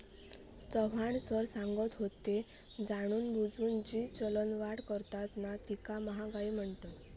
Chavan sir सांगत होते, जाणूनबुजून जी चलनवाढ करतत ना तीका महागाई म्हणतत